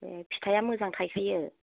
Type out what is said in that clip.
ए फिथाइआ मोजां थाइखायो